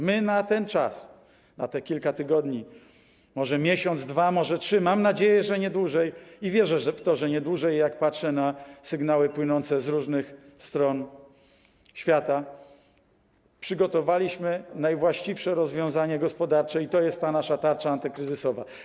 My na ten czas, na te kilka tygodni, może na miesiąc, dwa, trzy - mam nadzieję, że nie dłużej, i wierzę w to, że nie dłużej, jak patrzę na sygnały płynące z różnych stron świata - przygotowaliśmy najwłaściwsze rozwiązanie gospodarcze i to jest nasza tarcza antykryzysowa.